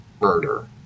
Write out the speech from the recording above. murder